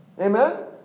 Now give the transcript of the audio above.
Amen